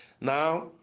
now